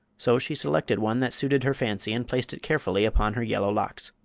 so she selected one that suited her fancy and placed it carefully upon her yellow locks.